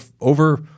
over